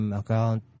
account